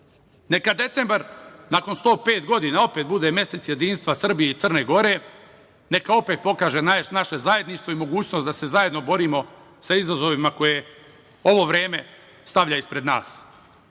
decembar nakon 105 godina opet bude mesec jedinstva Srbije i Crne Gore, neka opet pokaže naše zajedništvo i mogućnost da se zajedno borimo sa izazovima koje ovo vreme stavlja ispred nas.